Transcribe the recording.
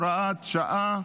הוראת שעה,